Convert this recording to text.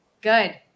Good